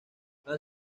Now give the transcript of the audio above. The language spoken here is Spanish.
han